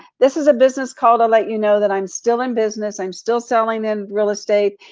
this is a business call to let you know that i'm still in business, i'm still selling in real estate.